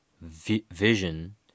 vision